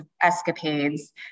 escapades